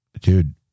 dude